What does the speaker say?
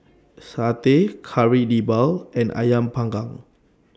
Satay Kari Debal and Ayam Panggang